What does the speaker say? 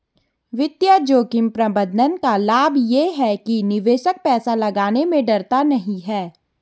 वित्तीय जोखिम प्रबंधन का लाभ ये है कि निवेशक पैसा लगाने में डरता नहीं है